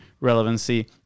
relevancy